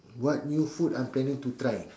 what new food I am planning to try